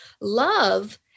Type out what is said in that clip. love